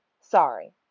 Sorry